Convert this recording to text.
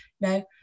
no